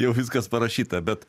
jau viskas parašyta bet